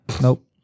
Nope